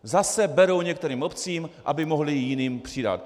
Zase berou některým obcím, aby mohli jiným přidat.